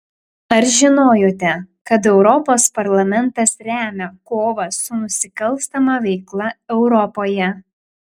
ar žinojote kad europos parlamentas remia kovą su nusikalstama veikla europoje